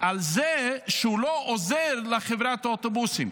על זה שהוא לא עוזר לחברת האוטובוסים.